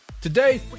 Today